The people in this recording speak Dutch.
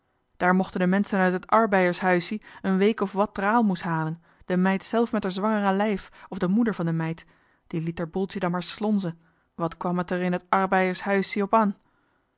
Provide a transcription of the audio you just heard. daar mochten de menschen uit het arbeijershuissie een week of wat d'er aalmoes halen de meid zelf met er zwangere lijf of de moeder van de meid die liet d'er boeltje dan maar slonzen wat kwam t er in t arbeijershuissie op an